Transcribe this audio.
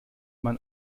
man